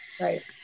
Right